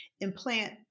implant